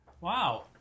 Wow